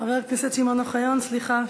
חבר הכנסת שמעון אוחיון, סליחה.